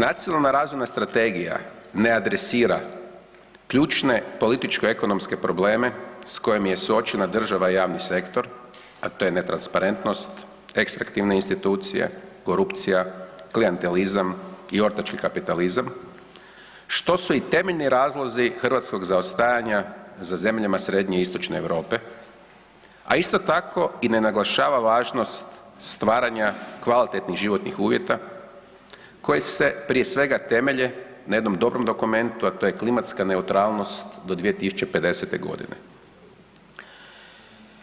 Nacionalna razvojna strategija ne adresira ključne političko-ekonomske probleme s kojom je suočena država i javni sektor, a to je netransparentnost, ekstrektivne institucije, korupcija, klijentelizam i ortački kapitalizam što su i temeljni razlozi hrvatskog zaostajanja za zemljama Srednje i Istočne Europe, a isto tako i ne naglašava važnost stvaranja kvalitetnih životnih uvjeta koji se prije svega temelje na jednom dobrom dokumentu, a to je klimatska neutralnost do 2050.g.